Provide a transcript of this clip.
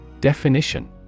Definition